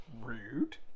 Rude